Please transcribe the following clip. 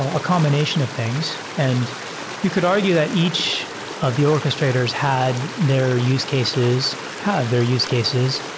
a combination of things. and you could argue that each of the orches trators had their use cases, have their use cases.